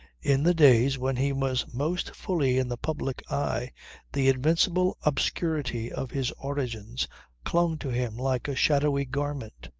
in the days when he was most fully in the public eye the invincible obscurity of his origins clung to him like a shadowy garment.